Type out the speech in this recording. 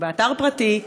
באתר פרטי,